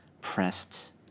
pressed